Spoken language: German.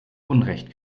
unrecht